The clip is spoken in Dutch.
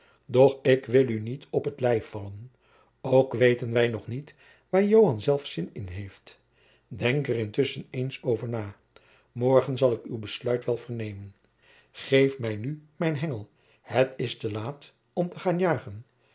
doch ik wil u niet op t lijf vallen ook weten wij nog niet waar joan zelf zin in heeft denk er intusschen eens over na morgen zal ik uw besluit wel vernemen geef mij nu mijn hengel het is te laat om te gaan jagen